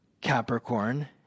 Capricorn